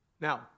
Now